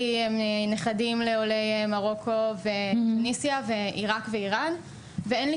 הם נכדים לעולי מרוקו ותוניסיה ועירק ואירן ואין לי